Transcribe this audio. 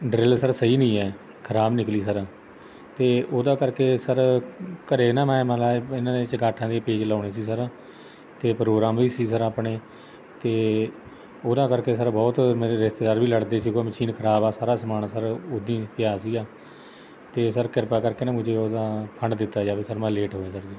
drill sir ਸਹੀ ਨਹੀਂ ਹੈ ਖ਼ਰਾਬ ਨਿਕਲੀ ਸਰ ਅਤੇ ਉਹਦਾ ਕਰਕੇ ਸਰ ਘਰ ਨਾ ਮੈਂ ਮਤਲਬ ਇਹਨਾਂ ਦੇ ਚੁਗਾਠਾਂ ਦੀ ਪੇਚ ਲਾਉਣੇ ਸੀ ਸਰ ਅਤੇ ਪ੍ਰੋਗਰਾਮ ਵੀ ਸੀ ਸਰ ਆਪਣੇ ਅਤੇ ਉਹਦਾ ਕਰਕੇ ਸਰ ਬਹੁਤ ਮੇਰੇ ਰਿਸ਼ਤੇਦਾਰ ਵੀ ਲੜਦੇ ਸੀ ਵੀ ਉਹ ਮਸ਼ੀਨ ਖ਼ਰਾਬ ਆ ਸਾਰਾ ਸਮਾਨ ਸਾਰਾ ਉਦੀ ਪਿਆ ਸੀਗਾ ਤੇ ਸਰ ਕਿਰਪਾ ਕਰਕੇ ਨਾ ਮੁਝੇ ਉਹਦਾ ਫੰਡ ਦਿੱਤਾ ਜਾਵੇ ਸਰ ਮੈਂ ਲੇਟ ਹੋ ਗਿਆ ਸਰ ਜੀ